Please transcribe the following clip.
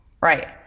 Right